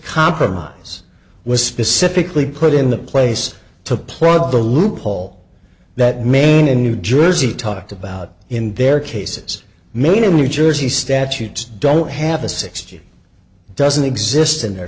compromise was specifically put in the place to plug the loophole that maine and new jersey talked about in their cases maine and new jersey statutes don't have a sixty doesn't exist in their